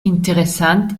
interessant